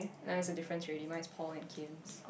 uh there's a difference already mine is Paul and Kims